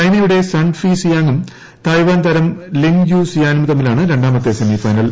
ചൈനയുടെ സൺ ഫി സിയാങ്കും തായ്വാൻ താരം ലിൻ യു സിയാനും തമ്മിലാണ് രണ്ടാമത്തെ സെമി ഫൈനൽ